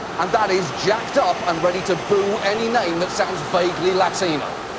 and that is jacked up and ready to boo any name that sounds vaguely latino.